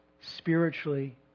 spiritually